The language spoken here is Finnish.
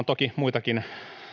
toki muitakin